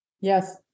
Yes